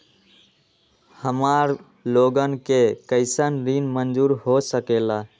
हमार लोगन के कइसन ऋण मंजूर हो सकेला?